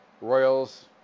Royals